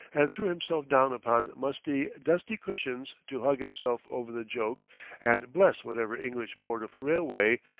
and threw himself down upon musty, dusty cushions to hug himself over the joke and bless whatever english board of railway,